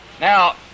Now